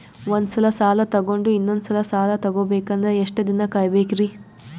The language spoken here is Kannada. ಒಂದ್ಸಲ ಸಾಲ ತಗೊಂಡು ಇನ್ನೊಂದ್ ಸಲ ಸಾಲ ತಗೊಬೇಕಂದ್ರೆ ಎಷ್ಟ್ ದಿನ ಕಾಯ್ಬೇಕ್ರಿ?